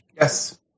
Yes